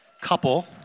Couple